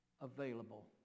available